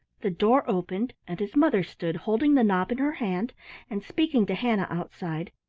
the door opened and his mother stood holding the knob in her hand and speaking to hannah outside,